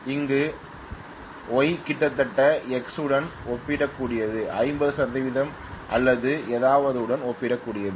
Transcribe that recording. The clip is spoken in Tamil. அங்கு ஒய் கிட்டத்தட்ட எக்ஸ் உடன் ஒப்பிடக்கூடியது 50 சதவீதம் அல்லது ஏதாவதுடன் ஒப்பிடக்கூடியது